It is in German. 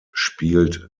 spielt